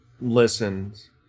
listens